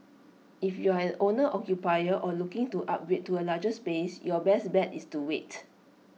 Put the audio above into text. if you are an owner occupier or looking to upgrade to A larger space your best bet is to wait